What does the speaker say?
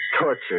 tortured